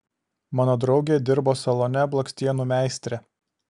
mano draugė dirbo salone blakstienų meistre